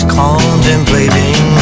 contemplating